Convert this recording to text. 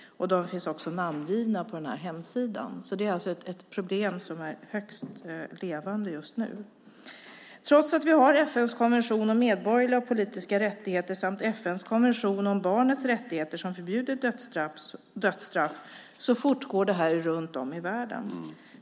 De finns namngivna på ovannämnda hemsida. Det är alltså ett problem som är i högsta grad levande. Trots att vi har FN:s konvention om medborgerliga och politiska rättigheter samt FN:s konvention om barnets rättigheter, vilka förbjuder dödsstraff, fortgår det runt om i världen.